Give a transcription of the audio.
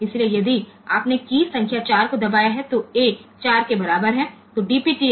તેથી જો આપણે કી નંબર 4 દબાવ્યો હોય તો A બરાબર 4 હોય છે